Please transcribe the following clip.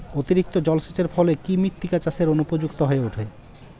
অতিরিক্ত জলসেচের ফলে কি মৃত্তিকা চাষের অনুপযুক্ত হয়ে ওঠে?